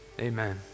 Amen